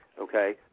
okay